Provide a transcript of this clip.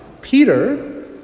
Peter